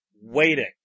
waiting